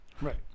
Right